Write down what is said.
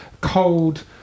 cold